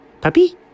Puppy